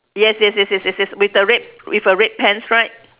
yes yes yes yes yes yes with the red with a red pants right